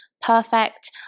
perfect